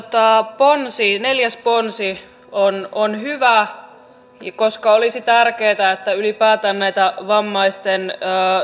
tämä neljäs ponsi on on hyvä koska olisi tärkeätä että ylipäätään näitä vammaisten